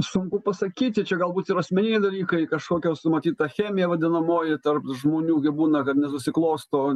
sunku pasakyti čia galbūt ir asmeniniai dalykai kažkokios matyt ta chemija vadinamoji tarp žmonių gi būna kad nesusiklosto